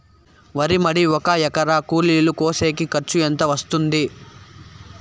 వరి మడి ఒక ఎకరా కూలీలు కోసేకి ఖర్చు ఎంత వస్తుంది?